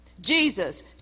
Jesus